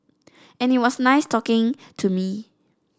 and it was nice talking to me